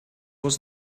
was